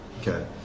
Okay